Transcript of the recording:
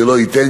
זה לא ייתן,